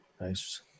Nice